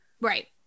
right